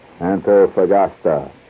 Antofagasta